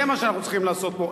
זה מה שאנחנו צריכים לעשות פה,